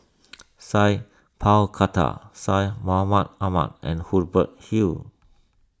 Sat Pal Khattar Syed Mohamed Ahmed and Hubert Hill